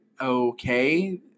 Okay